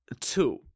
Two